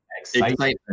excitement